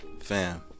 Fam